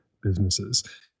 businesses